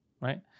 right